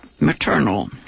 maternal